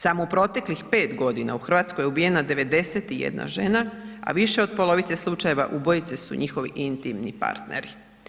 Samo u proteklih 5 godina u Hrvatskoj je ubijena 91 žena, a više od polovice slučajeva ubojice su njihovi intimni partneri.